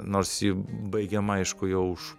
nors ji baigiama aišku jau už